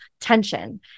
tension